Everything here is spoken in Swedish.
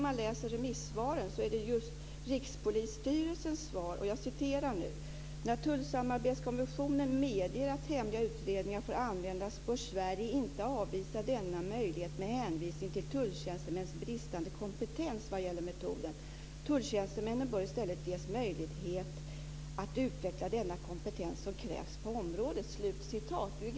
Men i Rikspolisstyrelsens remissvar sägs följande: "När tullsamarbetskonventionen medger att hemliga utredningar får användas bör Sverige inte avvisa denna möjlighet med hänvisning till tulltjänstemännens bristande kompetens vad gäller metoden. Tulltjänstemännen bör istället ges möjlighet att utveckla den kompetens som krävs på området."